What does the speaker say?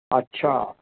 अच्छा